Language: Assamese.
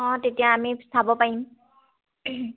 অঁ তেতিয়া আমি চাব পাৰিম